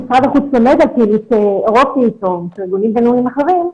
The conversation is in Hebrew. משרד החוץ עומד על פעילות אירופית או של ארגונים בין-לאומיים אחרים,